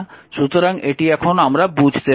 সুতরাং এটি এখন আমরা বুঝতে সক্ষম